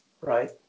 right